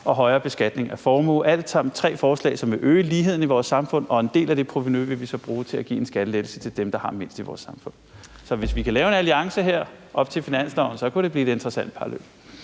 og højere beskatning af formue, alt sammen tre forslag, som vil øge ligheden i vores samfund. En del af det provenu vil vi så bruge til at give en skattelettelse til dem, der har mindst i vores samfund. Så hvis vi kan lave en alliance her op til finansloven, kunne det blive et interessant parløb.